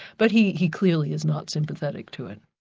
but he he clearly is not sympathetic to it.